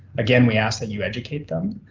again, we ask that you educate them,